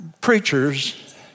Preachers